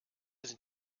sind